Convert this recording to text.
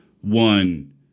One